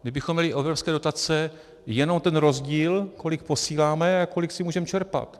Kdybychom měli evropské dotace jenom ten rozdíl, kolik posíláme a kolik si můžeme čerpat.